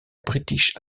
british